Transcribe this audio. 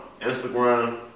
Instagram